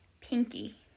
pinky